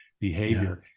behavior